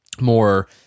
more